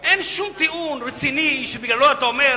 אין שום טיעון רציני שבגללו אתה אומר: